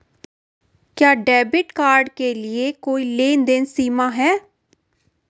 क्या debit card के लिए कोई लेनदेन सीमा है?